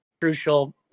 crucial